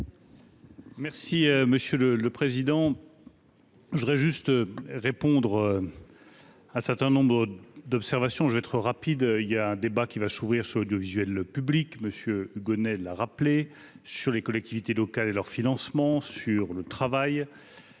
Merci monsieur le président. Je voudrais juste répondre un certain nombre d'observation, je vais être rapide, il y a un débat qui va s'ouvrir sur l'audiovisuel, le public monsieur Gonnet de la rappeler sur les collectivités locales et leur financement sur le travail